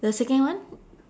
the second one